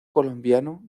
colombiano